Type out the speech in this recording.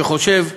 שחושב תל-אביב,